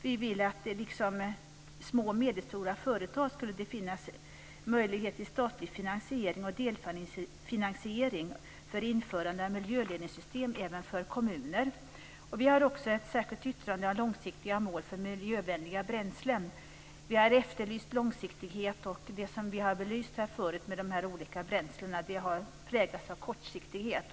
Vi vill att det, liksom för små och medelstora företag, även ska finnas möjlighet till statlig finansiering och delfinansiering för införande av miljöledningssystem för kommuner. Vi har också ett särskilt yttrande om långsiktiga mål för miljövänliga bränslen. Vi har efterlyst långsiktighet. Det som vi har belyst här förut när det gäller de här olika bränslena har präglats av kortsiktighet.